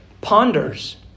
ponders